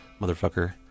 Motherfucker